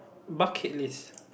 bucket list